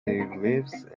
lives